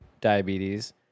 diabetes